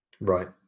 Right